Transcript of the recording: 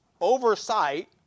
oversight